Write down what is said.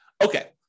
okay